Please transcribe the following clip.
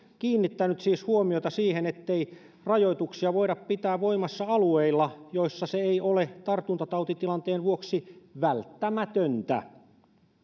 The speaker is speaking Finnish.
kiinnittänyt siis huomiota siihen ettei rajoituksia voida pitää voimassa alueilla joissa se ei ole tartuntatautitilanteen vuoksi välttämätöntä